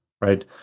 right